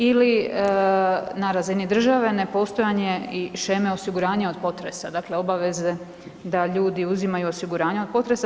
Ili na razini države nepostojanje i šeme osiguranja od potresa, dakle obaveze da ljudi uzimaju osiguranje od potresa.